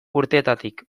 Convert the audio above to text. urtetatik